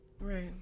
Right